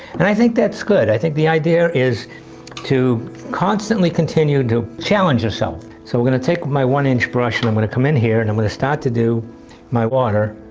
and i think that's good. i think the idea is to constantly continue to challenge yourself. so we're going to take my one inch brush and going to come in here and i'm going to start to do my water.